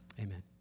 amen